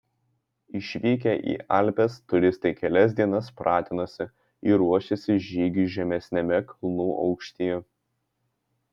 išvykę į alpes turistai kelias dienas pratinosi ir ruošėsi žygiui žemesniame kalnų aukštyje